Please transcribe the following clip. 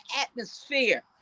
atmosphere